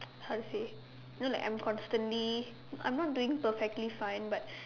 how to say you know like I'm constantly I'm not doing perfectly fine but